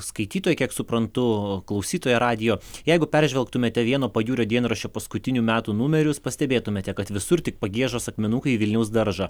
skaitytoja kiek suprantu klausytoja radijo jeigu peržvelgtumėte vieno pajūrio dienraščio paskutinių metų numerius pastebėtumėte kad visur tik pagiežos akmenukai į vilniaus daržą